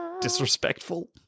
disrespectful